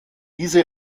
diese